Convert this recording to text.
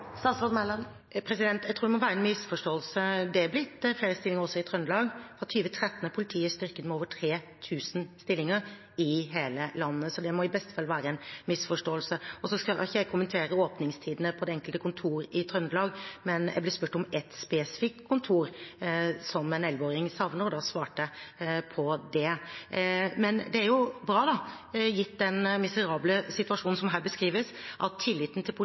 Jeg tror det må være en misforståelse. Det er blitt flere stillinger også i Trøndelag. Fra 2013 er politiet styrket med over 3 000 stillinger i hele landet, så det må i beste fall være en misforståelse. Så skal ikke jeg kommentere åpningstidene på det enkelte kontor i Trøndelag, men jeg ble spurt om ett spesifikt kontor, som en 11-åring savner, og da svarte jeg på det. Men det er jo bra, da, gitt den miserable situasjonen som her beskrives, at tilliten til